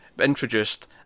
introduced